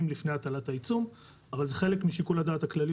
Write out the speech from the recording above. לפני הטלת העיצום אבל זה חלק משיקול הדעת הכללי